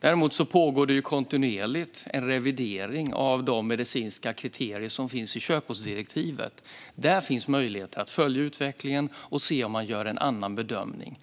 Däremot pågår det kontinuerligt en revidering av de medicinska kriterier som finns i körkortsdirektivet. Där finns möjligheter att följa utvecklingen och se om man gör en annan bedömning.